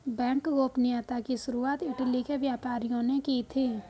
bank गोपनीयता की शुरुआत इटली के व्यापारियों ने की थी